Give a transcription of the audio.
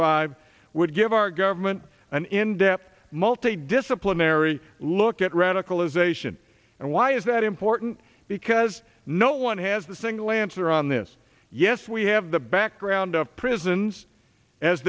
five would give our government an in depth multi disciplinary look at radicalization and why is that important because no one has the single answer on this yes we have the background of prisons as